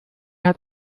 hat